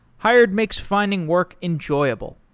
hired makes finding work enjoyable.